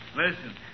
Listen